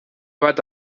bat